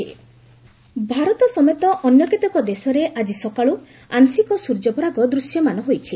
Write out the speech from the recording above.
solar eclipse Bharat ସମେତ ଅନ୍ୟ କେତେକ ଦେଶରେ ଆଜି ସକାଳୁ ଆଂଶିକ ସୂର୍ଯ୍ୟପରାଗ ଦୃଶ୍ୟମାନ ହୋଇଛି